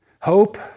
Hope